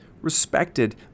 Respected